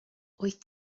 wyt